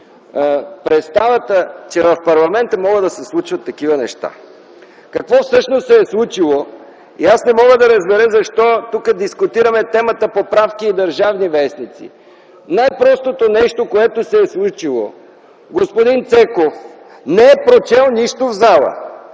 представата, че в парламента могат да се случват такива неща. Какво всъщност се е случило? Аз не мога да разбера защо тук дискутираме темата поправки и държавни вестници. Най-простото нещо, което се е случило – господин Цеков не е прочел нищо в зала.